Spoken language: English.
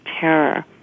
terror